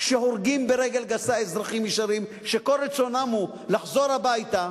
שהורגים ברגל גסה אזרחים ישרים שכל רצונם הוא לחזור הביתה,